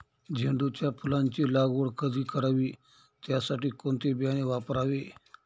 झेंडूच्या फुलांची लागवड कधी करावी? त्यासाठी कोणते बियाणे वापरावे?